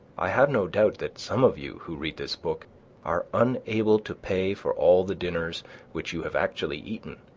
i have no doubt that some of you who read this book are unable to pay for all the dinners which you have actually eaten,